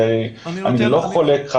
אני לא חולק,